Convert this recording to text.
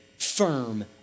firm